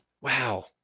Wow